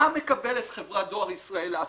מה מקבלת חברת דואר ישראל לעשות?